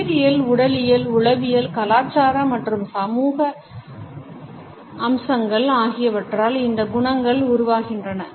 உயிரியல் உடலியல் உளவியல் கலாச்சார மற்றும் சமூக அம்சங்கள் ஆகியவற்றால் இந்த குணங்கள் உருவாகின்றன